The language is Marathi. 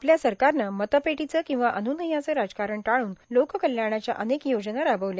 आपल्या सरकारनं मतपेटीचं किंवा अनुनयाचं राजकारण टाळून लोक कल्याणाच्या अनेक योजना राबविल्या